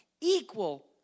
equal